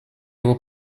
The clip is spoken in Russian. его